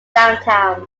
downtown